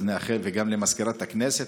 וגם למזכירת הכנסת,